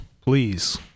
please